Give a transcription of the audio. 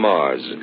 Mars